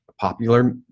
popular